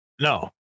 No